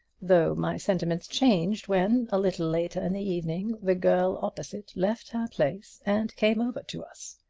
though my sentiments changed when, a little later in the evening, the girl opposite left her place and came over to us.